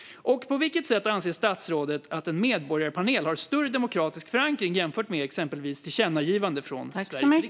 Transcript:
På vilket sätt anser statsrådet att en medborgarpanel har större demokratisk förankring jämfört med exempelvis ett tillkännagivande från Sveriges riksdag?